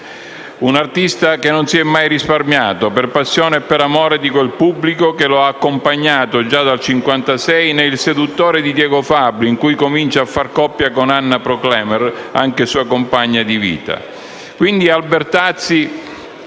un artista che non si è mai risparmiato, per passione e per amore di quel suo pubblico che lo ha accompagnato già dal 1956, ne «Il seduttore» di Diego Fabbri, in cui comincia a far coppia con Anna Proclemer, anche sua compagna di vita. Albertazzi